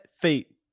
fate